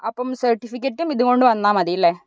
അപ്പം സർട്ടിഫിക്കറ്റും ഇതുകൊണ്ട് വന്നാൽ മതി അല്ലേ